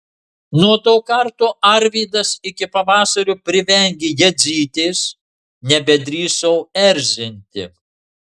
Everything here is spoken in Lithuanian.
nuo to karto arvydas iki pavasario privengė jadzytės nebedrįso erzinti